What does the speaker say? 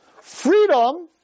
Freedom